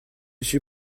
suis